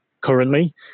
currently